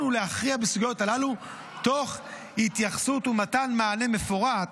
ולהכריע בסוגיות הללו תוך התייחסות ומתן מענה מפורט